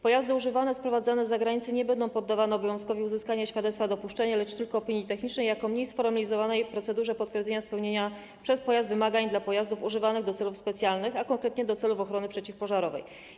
Pojazdy używane sprowadzane z zagranicy nie będą poddawane obowiązkowi uzyskania świadectwa dopuszczenia, lecz tylko opinii technicznej jako mniej sformalizowanej procedurze potwierdzenia spełnienia przez pojazd wymagań dla pojazdów używanych do celów specjalnych, a konkretnie do celów ochrony przeciwpożarowej.